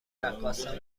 رقاصم